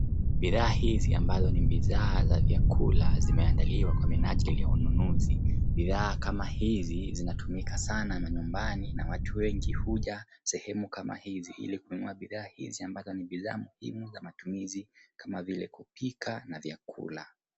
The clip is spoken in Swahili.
Bidhaa hizi ambazo ni bidhaa za vyakula zimeandaliwa kwa minajili ya ununuzi . Bidhaa kama hizi zinatumika sana manyumbani na watu wengi huja sehemu kama hizi ili kununua bidhaa hizi ambazo ni bidhaa muhimu za matumizi kama vile kupika na vyakula.